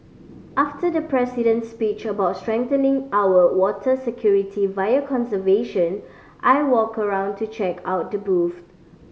after the President's speech about strengthening our water security via conservation I walked around to check out the booths